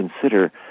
consider